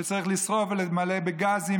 שצריך לשרוף ולמלא בגזים,